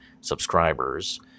subscribers